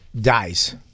dies